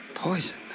Poison